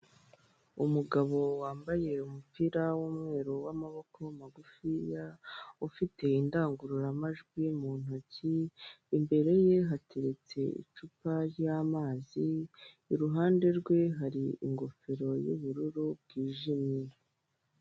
Umugabo wambaye umupira w'umweru w'amaboko magufiya; ufite indangurura majwi mu ntoki, imbere ye hateretse icupa ry'amazi, iruhande rwe hari ingofero y'ubururu bwijimye.